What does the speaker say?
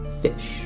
fish